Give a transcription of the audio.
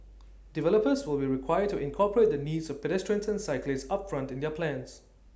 developers will be required to incorporate the needs of pedestrians and cyclists upfront in their plans